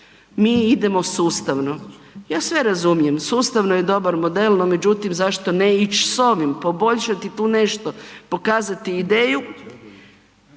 mi idemo sustavno. Ja sve razumijem, sustavno je dobar model, no međutim zašto ne ići s ovim, poboljšati tu nešto, pokazati ideju.